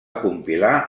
compilar